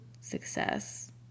success